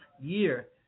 year